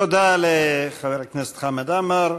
תודה לחבר הכנסת חמד עמאר.